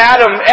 Adam